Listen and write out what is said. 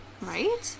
Right